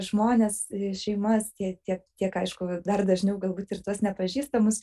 žmones šeimas tie tiek tiek aišku dar dažniau galbūt ir tuos nepažįstamus